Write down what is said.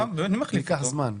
זה ייקח זמן.